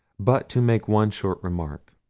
but to make one short remark.